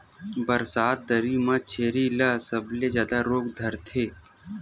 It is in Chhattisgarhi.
बरसात दरी म छेरी ल सबले जादा रोग धरथे